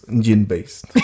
gin-based